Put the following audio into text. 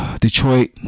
Detroit